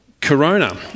corona